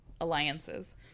alliances